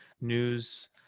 news